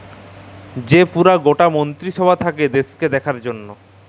যে পুরা গটা মন্ত্রী সভা থাক্যে দ্যাশের দেখার জনহ